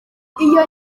iyo